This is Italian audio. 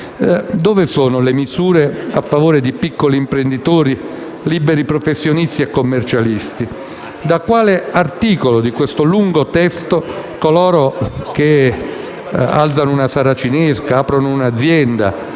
dove sono le misure a favore di piccoli imprenditori, liberi professionisti e commercianti? Da quale articolo di questo lungo testo coloro che alzano una saracinesca, aprono un'azienda